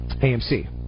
AMC